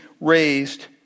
raised